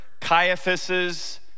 Caiaphas's